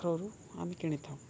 ଥ୍ରୋରୁ ଆମେ କିଣିଥାଉ